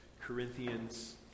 Corinthians